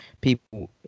people